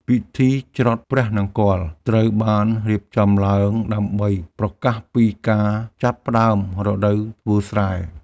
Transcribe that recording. ពិធីច្រត់ព្រះនង្គ័ល ត្រូវបានរៀបចំឡើងដើម្បីប្រកាសពីការចាប់ផ្តើមរដូវធ្វើស្រែ។